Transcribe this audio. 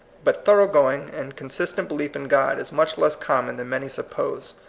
but thorough-going and consistent belief in god is much less common than many suppose.